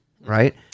right